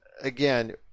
again